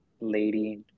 Lady